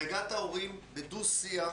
הנהגת ההורים בדו-שיח